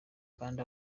kandi